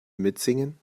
mitsingen